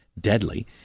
deadly